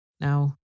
Now